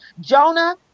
Jonah